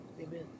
Amen